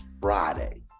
Friday